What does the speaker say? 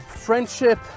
friendship